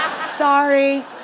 Sorry